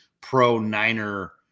pro-Niner